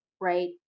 right